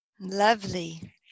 Lovely